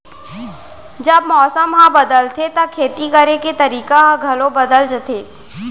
जब मौसम ह बदलथे त खेती करे के तरीका ह घलो बदल जथे?